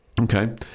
Okay